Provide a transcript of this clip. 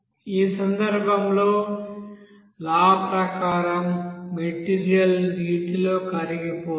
ఈ సందర్భంలో లా ప్రకారం మెటీరియల్ నీటిలో కరిగిపోతుంది